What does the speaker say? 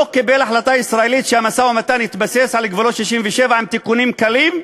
לא קיבל החלטה ישראלית שהמשא-ומתן יתבסס על גבולות 67' עם תיקונים קלים.